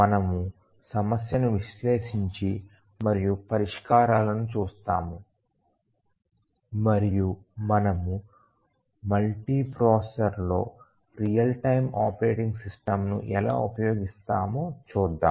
మనము సమస్యను విశ్లేషించి మరియు పరిష్కారాలను చూస్తాము మరియు మనము మల్టీప్రాసెసర్లో రియల్ టైమ్ ఆపరేటింగ్ సిస్టమ్ను ఎలా ఉపయోగిస్తామో చూద్దాం